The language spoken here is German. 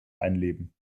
einleben